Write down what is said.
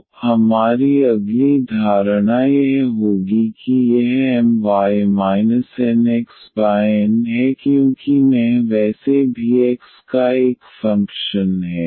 तो हमारी अगली धारणा यह होगी कि यह My NxN है क्योंकि मैं वैसे भी x का एक फंक्शन है